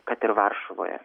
kad ir varšuvoje